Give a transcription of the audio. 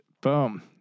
Boom